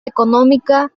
económica